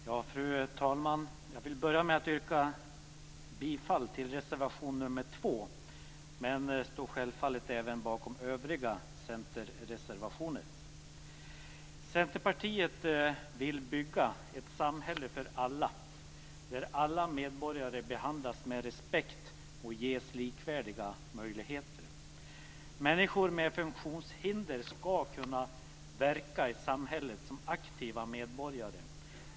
Fru talman! Jag vill börja med att yrka bifall till reservation 2, men jag står självfallet även bakom övriga centerreservationer. Centerpartiet vill bygga ett samhälle för alla, där alla medborgare behandlas med respekt och ges likvärdiga möjligheter. Människor med funktionshinder skall kunna verka i samhället som aktiva medborgare.